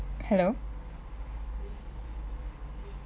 hello